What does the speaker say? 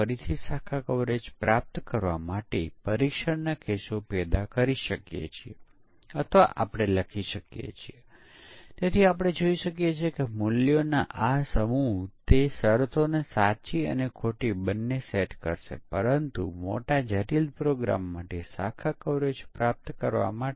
white box પરીક્ષણમાં આપણે code જોઈએ છીએ અને તેના આધારે આપણે જાણીએ છીએ કે સોફ્ટવેરની આંતરિક રચના શું છે અને તેથી વ્હાઇટ બોક્સ પરીક્ષણને સ્ટ્રક્ચરલ પરીક્ષણ કહેવામાં આવે છે